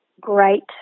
great